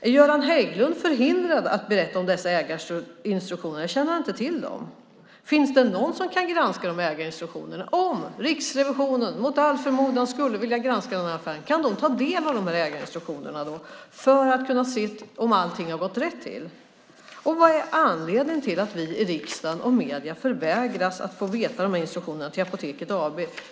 Är Göran Hägglund förhindrad att berätta om dessa ägarinstruktioner? Känner han inte till dem? Finns det någon som kan granska ägarinstruktionerna? Om Riksrevisionen mot all förmodan skulle vilja granska affären - kan de då ta del av ägarinstruktionerna för att kunna se om allting har gått rätt till? Vad är anledningen till att vi i riksdagen och medierna förvägras att se instruktionerna till Apoteket AB?